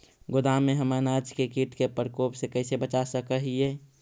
गोदाम में हम अनाज के किट के प्रकोप से कैसे बचा सक हिय?